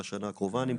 בשנה הקרובה אני מקווה.